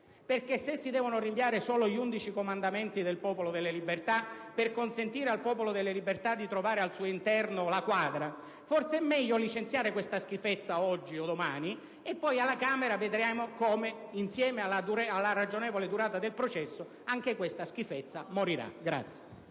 se si devono rinviare solo gli "undici comandamenti" del Popolo della Libertà per consentirgli di trovare al suo interno la quadra, forse è meglio licenziare questa schifezza oggi o domani, e poi alla Camera vedremo come, insieme alla ragionevole durata del processo, anche questa schifezza morirà.